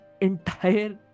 entire